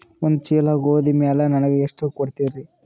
ಒಂದ ಚೀಲ ಗೋಧಿ ಮ್ಯಾಲ ನನಗ ಎಷ್ಟ ಕೊಡತೀರಿ?